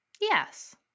Yes